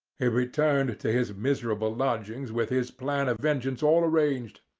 he returned to his miserable lodgings with his plan of vengeance all arranged.